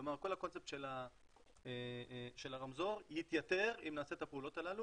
כלומר כל הקונספט של הרמזור יתייתר אם נעשה את הפעולות הללו.